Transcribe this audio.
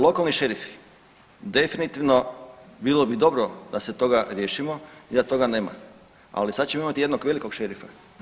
Lokalni šerifi definitivno bilo bi dobro da se toga riješimo i da toga nema, ali sad ćemo imati jednog velikog šerifa.